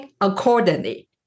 accordingly